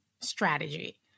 strategy